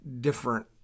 different